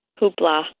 hoopla